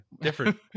Different